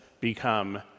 become